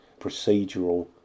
procedural